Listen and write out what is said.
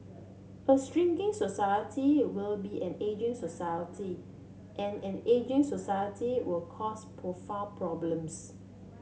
a shrinking society will be an ageing society and an ageing society will cause profound problems